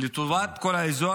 לטובת כל האזור.